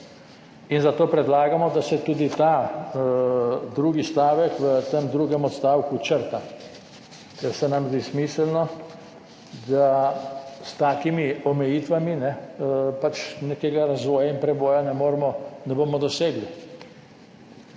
In zato predlagamo, da se tudi ta drugi stavek v tem drugem odstavku črta, ker se nam zdi smiselno, da s takimi omejitvami pač nekega razvoja in preboja ne bomo dosegli.